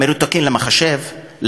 המרותקים למחשב,